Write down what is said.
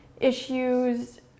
issues